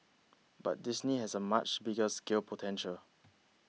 but Disney has a much bigger scale potential